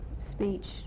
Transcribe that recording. speech